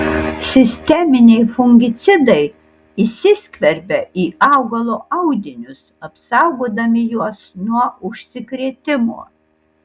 sisteminiai fungicidai įsiskverbia į augalo audinius apsaugodami juos nuo užsikrėtimo